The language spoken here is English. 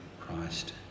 Christ